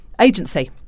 agency